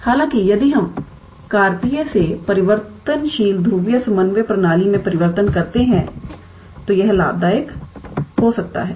हालाँकि यदि हम कार्तीय से परिवर्तनशील ध्रुवीय समन्वय प्रणाली में परिवर्तन करते हैं तो यह लाभदायक हो सकता है